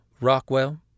Rockwell